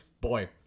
Boy